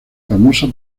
famosa